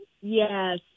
Yes